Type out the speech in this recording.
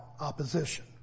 opposition